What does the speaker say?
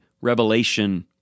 Revelation